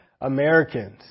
Americans